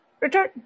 return